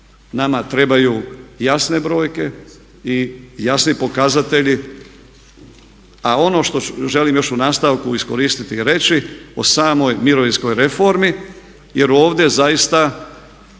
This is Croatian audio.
nama trebaju jasne brojke i jasni pokazatelji. A ono što želim još u nastavku iskoristiti i reći o samoj mirovinskoj reformi jer ovdje zaista